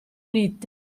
unite